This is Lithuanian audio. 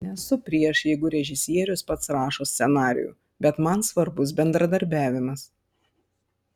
nesu prieš jeigu režisierius pats rašo scenarijų bet man svarbus bendradarbiavimas